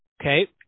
Okay